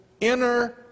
inner